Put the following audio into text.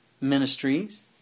ministries